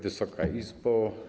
Wysoka Izbo!